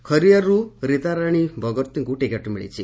ଖରିଆରରୁ ରୀତାରାଶୀ ବଗର୍ତିଙ୍କୁ ଟିକେଟ୍ ମିଳିଛି